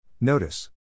Notice